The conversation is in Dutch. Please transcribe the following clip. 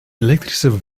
elektrische